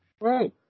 Right